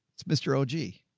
it's mr o g.